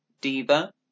Diva